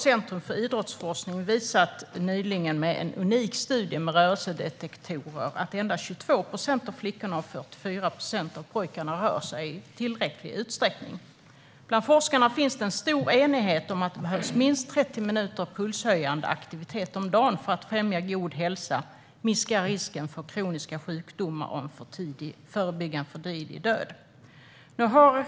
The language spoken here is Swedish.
Centrum för idrottsforskning visade nyligen i en unik studie med rörelsedetektorer att endast 22 procent av flickorna och 44 procent av pojkarna rör sig i tillräcklig utsträckning. Bland forskarna råder stor enighet om att det behövs minst 30 minuter pulshöjande aktivitet om dagen för att främja god hälsa, minska risken för kroniska sjukdomar och förebygga för tidig död.